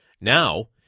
Now